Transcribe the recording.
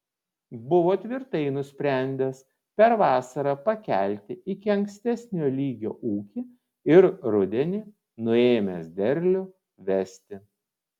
buvo tvirtai nusprendęs per vasarą pakelti iki ankstesnio lygio ūkį ir rudenį nuėmęs derlių vesti